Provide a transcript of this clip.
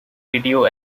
radio